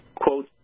quote